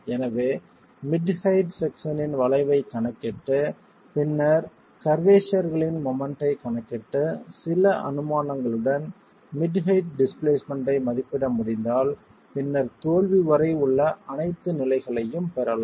எனவே mid height செக்சனின் வளைவைக் கணக்கிட்டு பின்னர் கர்வ்வேஷர்களின் மொமெண்ட் ஐ கணக்கிட்டு சில அனுமானங்களுடன் மிட் ஹெயிட் டிஸ்பிளேஸ்மென்ட் ஐ மதிப்பிட முடிந்தால் பின்னர் தோல்வி வரை உள்ள அனைத்து நிலைகளையும் பெறலாம்